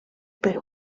perú